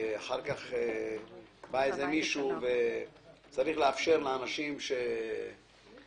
אחר כך בא מישהו, וצריך לאפשר לאנשים --- אני